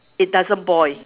it doesn't boil